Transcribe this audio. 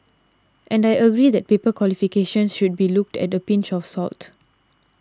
and I agree that paper qualifications should be looked at a pinch of salt